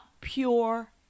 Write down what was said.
pure